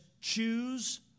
choose